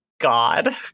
God